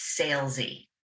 salesy